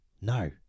No